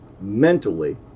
Mentally